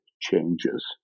changes